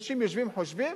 אנשים יושבים וחושבים,